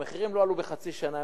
המחירים לא עלו בחצי שנה,